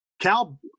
Cal